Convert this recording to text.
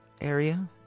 area